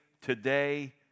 today